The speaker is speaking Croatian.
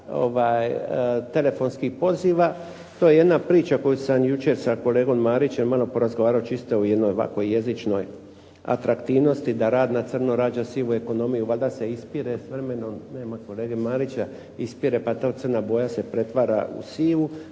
telefonskih poziva. To je jedna priča koju sam jučer sa kolegom Marićem malo porazgovarao čisto u jednoj ovako jezičnoj atraktivnosti da rad na crno rađa sivu ekonomiju. Valjda se ispire s vremenom. Nema kolege Marića. Ispire pa ta crna boja se pretvara u sivu.